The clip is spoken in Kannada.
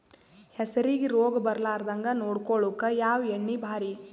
ಹೆಸರಿಗಿ ರೋಗ ಬರಲಾರದಂಗ ನೊಡಕೊಳುಕ ಯಾವ ಎಣ್ಣಿ ಭಾರಿ?